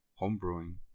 homebrewing